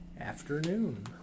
afternoon